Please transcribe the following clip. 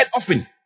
often